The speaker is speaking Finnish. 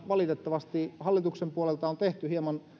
valitettavasti hallituksen puolelta on tehty hieman